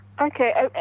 Okay